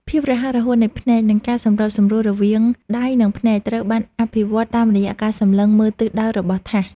ភាពរហ័សរហួននៃភ្នែក និងការសម្របសម្រួលរវាងដៃ និងភ្នែកត្រូវបានអភិវឌ្ឍតាមរយៈការសម្លឹងមើលទិសដៅរបស់ថាស។